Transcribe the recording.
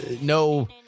no